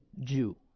Jew